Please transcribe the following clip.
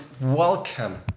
welcome